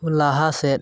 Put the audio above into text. ᱞᱟᱦᱟ ᱥᱮᱫ